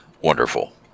wonderful